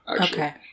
Okay